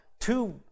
two